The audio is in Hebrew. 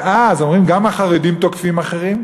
ואז אומרים: גם החרדים תוקפים אחרים.